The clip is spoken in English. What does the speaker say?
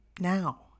Now